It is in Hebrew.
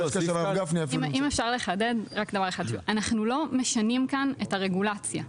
אם אפשר לחדד דבר אחד: אנחנו לא משנים כאן את הרגולציה.